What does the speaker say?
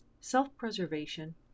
self-preservation